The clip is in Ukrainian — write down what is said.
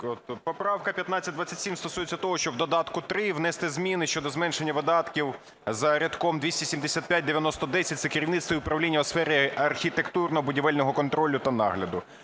поправка 1527 стосується того, щоб в додатку 3 внести зміни щодо зменшення видатків за рядком 2759010, це "Керівництво та управління у сфері архітектурно-будівельного контролю та нагляду".